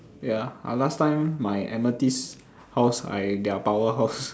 ya I last time my amethyst house I their powerhouse